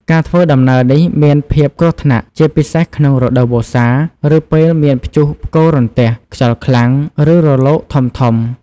ការធ្វើដំណើរនេះមានភាពគ្រោះថ្នាក់ ជាពិសេសក្នុងរដូវវស្សា ឬពេលមានព្យុះផ្គររន្ទះ ខ្យល់ខ្លាំង ឬរលកធំៗ។